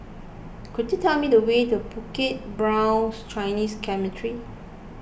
could you tell me the way to Bukit Brown Chinese Cemetery